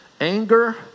anger